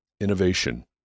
Innovation